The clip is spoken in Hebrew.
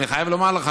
אני חייב לומר לך